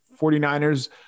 49ers